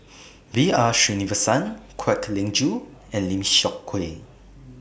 B R Sreenivasan Kwek Leng Joo and Lim Seok Hui